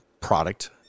product